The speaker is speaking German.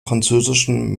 französischen